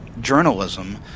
journalism